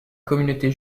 communauté